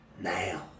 now